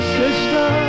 sister